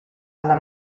alla